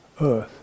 earth